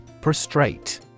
Prostrate